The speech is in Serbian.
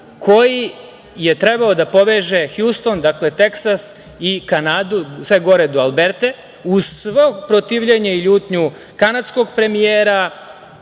koji je trebao da poveže Hjuston, dakle, Teksas i Kanadu, sve gore do Alberte, uz svo protivljenje i ljutnju kanadskog premijera,